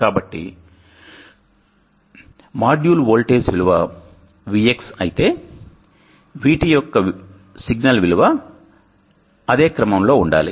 కాబట్టి module voltage విలువ VX అయితే VT యొక్క సిగ్నల్ విలువ అదే క్రమంలో ఉండాలి